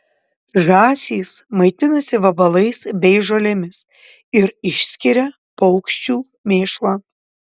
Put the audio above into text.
žąsys maitinasi vabalais bei žolėmis ir išskiria paukščių mėšlą